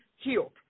healed